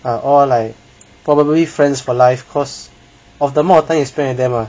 are probably friends for life cause of the more time to spare with them lah